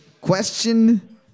Question